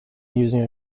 using